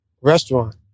restaurant